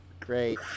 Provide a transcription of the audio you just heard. Great